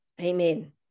Amen